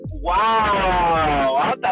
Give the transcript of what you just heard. Wow